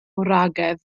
wragedd